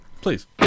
Please